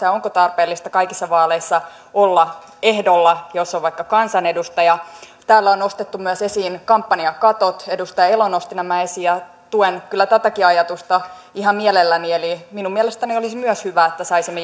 ja onko tarpeellista kaikissa vaaleissa olla ehdolla jos on vaikka kansanedustaja täällä on myös nostettu esiin kampanjakatot edustaja elo nosti nämä esiin ja tuen kyllä tätäkin ajatusta ihan mielelläni eli minun mielestäni olisi myös hyvä että saisimme